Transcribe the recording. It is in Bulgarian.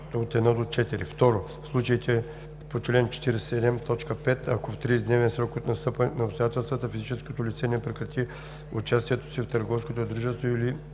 т. 1 – 4; 2. в случаите по чл. 47, т. 5, ако в 30-дневен срок от настъпване на обстоятелствата физическото лице не прекрати участието си в търговското дружество или